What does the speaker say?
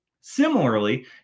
Similarly